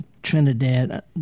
trinidad